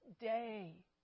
day